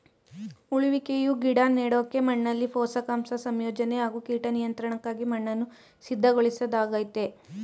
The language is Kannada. ಉಳುವಿಕೆಯು ಗಿಡ ನೆಡೋಕೆ ಮಣ್ಣಲ್ಲಿ ಪೋಷಕಾಂಶ ಸಂಯೋಜನೆ ಹಾಗೂ ಕೀಟ ನಿಯಂತ್ರಣಕ್ಕಾಗಿ ಮಣ್ಣನ್ನು ಸಿದ್ಧಗೊಳಿಸೊದಾಗಯ್ತೆ